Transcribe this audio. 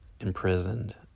imprisoned